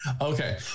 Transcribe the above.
okay